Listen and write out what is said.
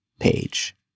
page